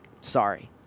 Sorry